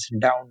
down